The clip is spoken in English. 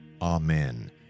Amen